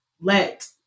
let